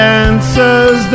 answers